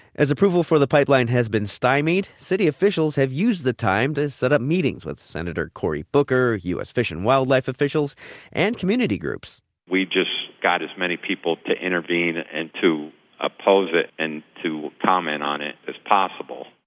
as approval for the pipeline has been stymied, city officials have used the time to set up meetings with sen. cory booker, u s. fish and wildlife officials and community groups we just got as many people to intervene and to oppose it and to comment on it as possible,